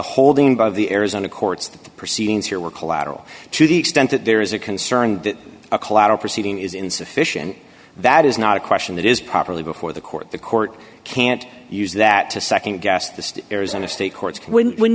holding by the arizona courts that the proceedings here were collateral to the extent that there is a concern that a collateral proceeding is insufficient that is not a question that is properly before the court the court can't use that to nd guess the arizona state courts when when